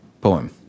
poem